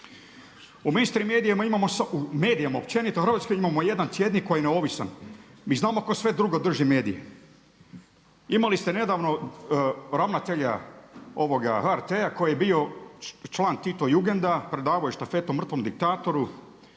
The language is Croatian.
u medijima općenito u Hrvatskoj imamo jedan tjednik koji je neovisna. Mi znamo tko sve drugo drži medije. Imali ste nedavno ravnatelja ovoga HRT-a koji je bio član tito jugenda, predavao je štafetu mrtvom diktatoru